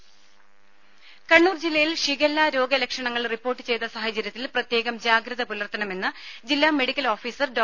രംഭ കണ്ണൂർ ജില്ലയിൽ ഷിഗെല്ല രോഗ ലക്ഷണങ്ങൾ റിപ്പോർട്ട് ചെയ്ത സാഹചര്യത്തിൽ പ്രത്യേകം ജാഗ്രത പുലർത്തണമെന്ന് ജില്ലാ മെഡിക്കൽ ഓഫീസർ ഡോ